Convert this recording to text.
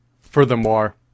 Furthermore